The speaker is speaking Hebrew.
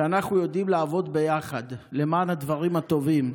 שאנחנו יודעים לעבוד יחד למען הדברים הטובים.